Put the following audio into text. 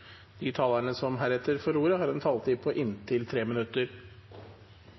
De talerne som heretter får ordet, har en taletid på inntil 3 minutter.